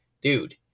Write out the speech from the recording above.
dude